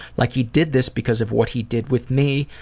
like he did this because of what he did with me,